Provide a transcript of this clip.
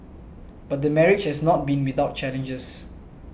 but the marriage has not been without challenges